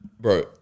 bro